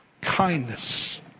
kindness